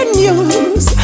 news